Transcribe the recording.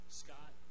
scott